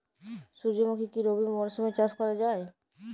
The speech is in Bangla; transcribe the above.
সুর্যমুখী কি রবি মরশুমে চাষ করা যায়?